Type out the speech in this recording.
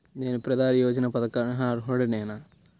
నేను ప్రధాని మంత్రి యోజన పథకానికి అర్హుడ నేన?